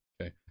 Okay